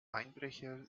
einbrecher